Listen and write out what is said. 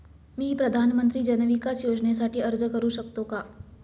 मी प्रधानमंत्री जन विकास योजनेसाठी अर्ज करू शकतो का?